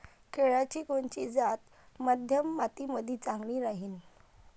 केळाची कोनची जात मध्यम मातीमंदी चांगली राहिन?